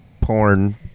porn